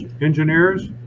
engineers